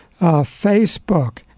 Facebook